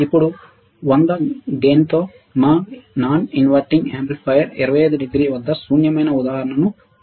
ఇప్పుడు 100 లాభంతో మా విలోమం కాని యాంప్లిఫైయర్ 25 డిగ్రీ వద్ద శూన్యమైన ఉదాహరణను చూద్దాం